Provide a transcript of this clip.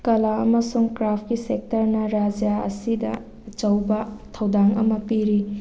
ꯀꯂꯥ ꯑꯃꯁꯨꯡ ꯀ꯭ꯔꯥꯐꯀꯤ ꯁꯦꯛꯇꯔꯅ ꯔꯥꯖ꯭ꯌ ꯑꯁꯤꯗ ꯑꯆꯧꯕ ꯊꯧꯗꯥꯡ ꯑꯃ ꯄꯤꯔꯤ